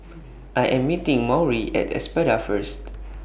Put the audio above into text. I Am meeting Maury At Espada First